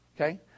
Okay